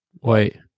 Wait